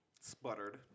sputtered